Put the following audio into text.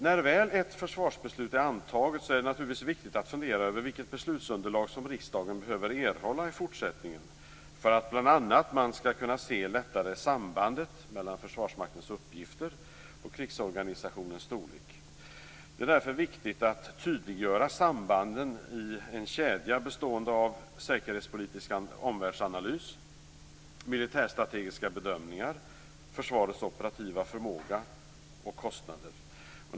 När väl ett försvarsbeslut är antaget är det naturligtvis viktigt att fundera över vilket beslutsunderlag riksdagen behöver erhålla i fortsättningen för att man bl.a. lättare skall kunna se sambandet mellan Försvarsmaktens uppgifter och krigsorganisationens storlek. Det är därför viktigt att tydliggöra sambanden i en kedja bestående av säkerhetspolitisk omvärldsanalys, militärstrategiska bedömningar, försvarets operativa förmåga och kostnader.